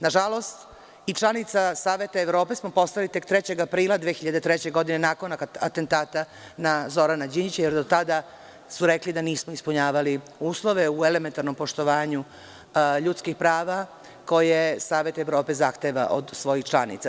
Nažalost i članica Saveta Evrope smo postali tek 3. aprila 2003. godine, nakon atentata na Zorana Đinđića, jer do tada su rekli da nismo ispunjavali uslove u elementarnom poštovanju ljudskih prava koje Savet Evrope zahteva od svojih članica.